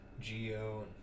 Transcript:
Geo